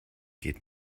geht